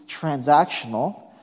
transactional